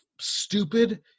stupid